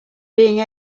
being